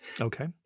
Okay